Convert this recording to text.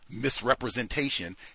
misrepresentation